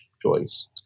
choice